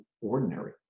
ordinary